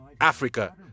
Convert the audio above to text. Africa